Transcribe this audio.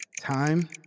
Time